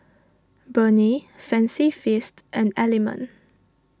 Burnie Fancy Feast and Element